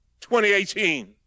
2018